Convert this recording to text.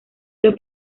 los